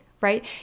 right